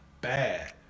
bad